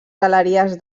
galeries